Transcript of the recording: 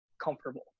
comfortable